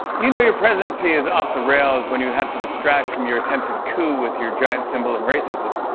you know your presidency is off the rails when you have to distract from your attempted coup with your giant symbol of racism.